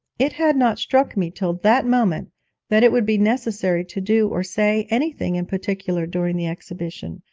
it had not struck me till that moment that it would be necessary to do or say anything in particular during the exhibition,